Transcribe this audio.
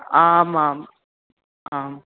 आमाम् आम्